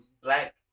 black